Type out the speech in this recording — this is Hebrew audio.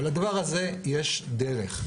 אבל לדבר הזה יש דרך.